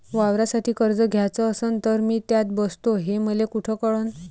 वावरासाठी कर्ज घ्याचं असन तर मी त्यात बसतो हे मले कुठ कळन?